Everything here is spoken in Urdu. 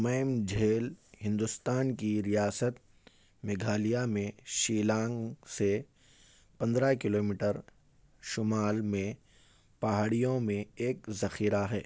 میم جھیل ہندوستان کی ریاست میگھالیہ میں شیلانگ سے پندرہ کلو میٹر شمال میں پہاڑیوں میں ایک ذخیرہ ہے